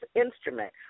instrument